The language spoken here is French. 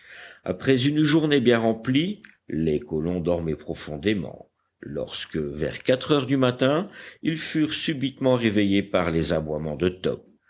après une journée bien remplie les colons dormaient profondément lorsque vers quatre heures du matin ils furent subitement réveillés par les aboiements de top